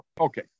Okay